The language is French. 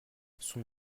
son